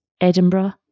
Edinburgh